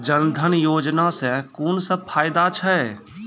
जनधन योजना सॅ कून सब फायदा छै?